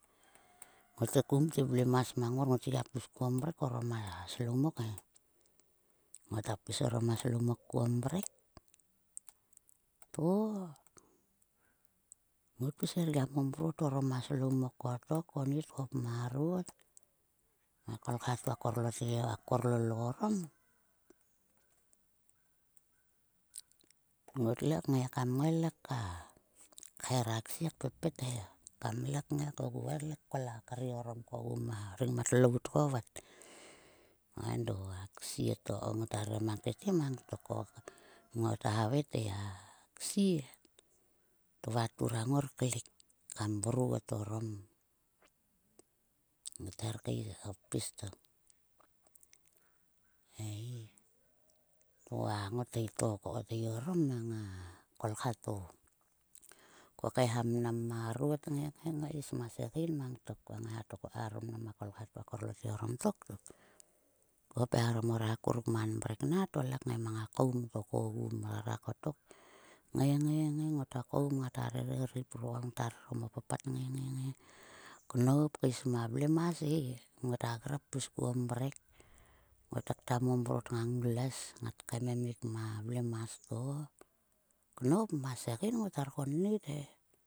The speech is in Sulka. Kotek kun te vlemas mang ngor. Ngot gia pis kuon mrek orom a slomok he. Ngota pis orom a slomok kuon mrek. To ngot pis gia momrot orom a slomok kotok konit khop marot. A kolkha to a korlotge korlolo orom. Ngotle ngai kam le ka kher a ksie, kpepet he kam le kam le kngai kogu vat le kol a kre orom kogu ma rengmat lout ko vat. Endo a ksie to ko ngota rere mang tete mang tok. Ko ngota havei te a ksie tvua turang ngor klik. Kam mrot orom, ngot her kei pis tok. Ei, to a ngothi to ko kothi orom mang a kolkha to. Ko kaeha mnam marot kngai ngai kaes ma segein mang tok. Koa ngaiha to ko kaeharom mnam a kolkha to a korlotge orom tok. Khop eharom o reha akuruk man mrek na, to le kngai mang a koum to kogu mrara kotok. Ngai, ngai, ngai ngota koum ngata rere. Rreip, rurokol ngata rere orom o papat kngai, ngai knop keis ma vlemas he. Ngota grap pis kuon mrek. Ngotakta momrot ngang nglues. Ngat kaememik ma vlemas to, knop ma segein ngot her konit he.